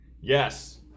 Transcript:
Yes